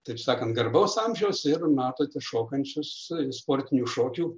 taip sakant garbaus amžiaus ir matote šokančius sportinių šokių